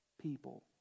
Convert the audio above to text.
people